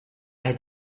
had